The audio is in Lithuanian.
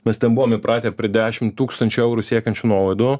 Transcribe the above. mes ten buvom įpratę prie dešim tūkstančių eurų siekiančių nuolaidų